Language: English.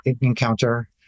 encounter